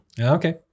Okay